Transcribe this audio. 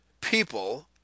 people